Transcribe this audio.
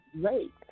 great